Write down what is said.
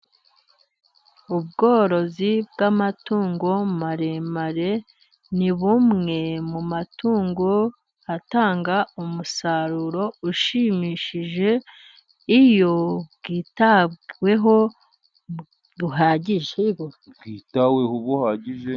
Ubworozi bw'amatungo maremare, ni bumwe mu matungo atanga umusaruro ushimishije, iyo bwitaweho bihagije.